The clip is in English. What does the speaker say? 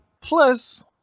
Plus